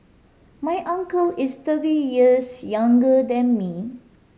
my uncle is thirty years younger than me